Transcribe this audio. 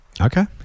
Okay